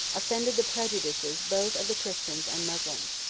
offended the prejudices both of the christians and moslems.